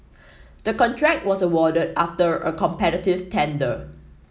the contract was awarded after a competitive tender